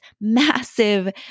massive